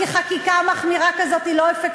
כי חקיקה מחמירה כזאת היא לא אפקטיבית.